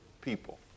people